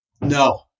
No